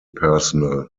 personnel